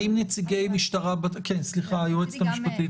היועצת המשפטית.